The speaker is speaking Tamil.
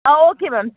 ah okay ma'am